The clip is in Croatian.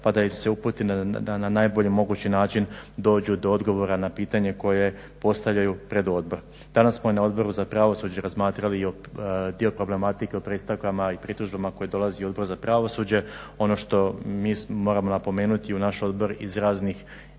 pa da ih se uputi, da na najbolji mogući način dođu do odgovora na pitanje koje postavljaju pred Odbor. Danas smo i na Odboru za pravosuđe razmatrali i dio problematike o predstavkama i pritužbama koji dolazi u Odbor za pravosuđe. Ono što mi moramo napomenuti u naš Odbor iz raznih